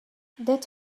that